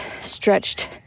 stretched